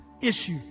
issue